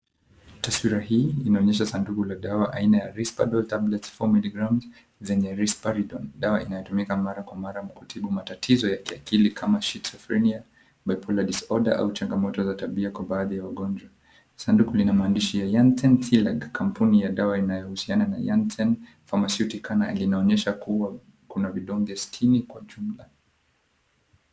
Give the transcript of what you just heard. Taswira hii inaonyesha sanduku la dawa aina ya, RISPERDAL TABLETS 4mg zenye risperidone dawa inayotumika mara kwa mara kutibu matatizo ya kiakili kama schizophrenia, Bipolar disorder au changamoto za tabia kwa baadhi ya ugonjwa. Sanduku lina maandishi ya, Yanten Tlag, kampuni inayohusiana na Yanten Pharmaceutical, na inaonyesha kua kuna vidonge sitini kwa chumba.